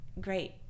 great